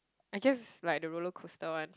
I guess like the roller coaster one